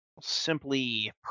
simply